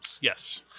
Yes